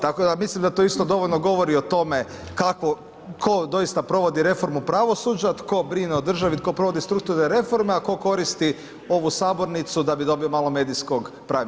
Tako da mislim, da to dovoljno govori o tome, kakvo, tko doista provodi reformu pravosuđa, tko brine o države, tko provodi strukturne reforme, a tko koristi ovu sabornicu da bi dobio malo medijskog … Hvala.